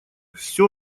все